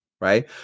Right